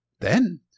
Then